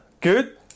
Good